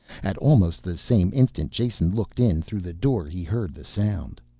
at almost the same instant jason looked in through the door he heard the sound.